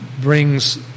brings